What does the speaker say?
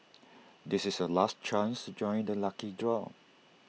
this is your last chance to join the lucky draw